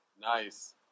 Nice